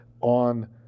on